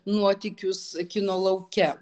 nuotykius kino lauke